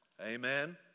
Amen